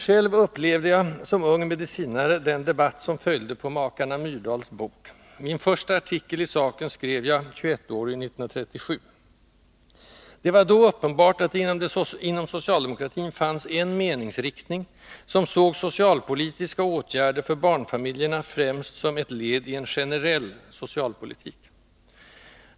Själv upplevde jag som ung medicinare den debatt som följde på makarna Myrdals bok: min första artikel i saken skrev jag, 21-årig, 1937. Det var då uppenbart att det inom socialdemokratin fanns en meningsriktning som såg socialpolitiska åtgärder för barnfamiljerna främst som ett led i en generell socialpolitik.